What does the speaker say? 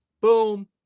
Boom